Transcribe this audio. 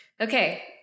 Okay